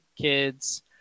kids